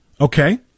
Okay